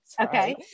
Okay